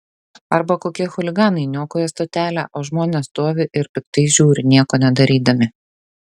arba kokie chuliganai niokoja stotelę o žmonės stovi ir piktai žiūri nieko nedarydami